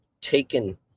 taken